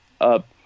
up